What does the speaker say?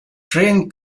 train